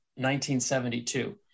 1972